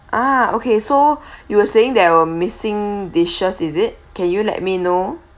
ah okay so you were saying there were missing dishes is it can you let me know